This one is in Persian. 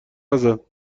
نزن